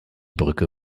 brücke